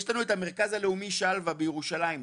יש לנו את המרכז הלאומי שלווה בירושלים.